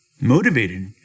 motivated